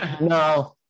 No